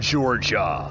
Georgia